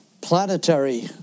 planetary